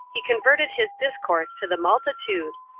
he converted his discourse to the multitude,